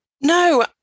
no